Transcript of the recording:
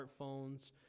smartphones